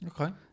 Okay